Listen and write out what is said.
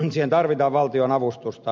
siihen tarvitaan valtionavustusta